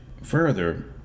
Further